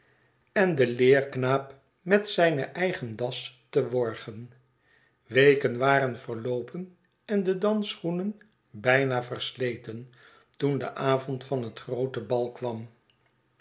en den leerknaap met zijne eigen das te worgen weken waren verloopen en de dansschoenen bijna versleten toen de avond van het groote bal kwam